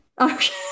okay